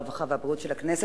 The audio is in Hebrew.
הרווחה והבריאות של הכנסת,